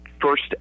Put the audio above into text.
first